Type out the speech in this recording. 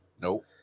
nope